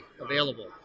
available